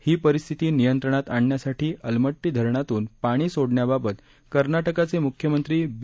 ही परिस्थिती नियंत्रणात आणण्यासाठी अलमट्टी धरणातून पाणी सोडण्याबाबत कर्नाटकचे म्ख्यमंत्री बी